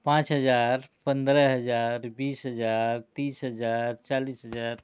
पाँच हजार पंद्रह हजार बीस हजार तीस हजार चालीस हजार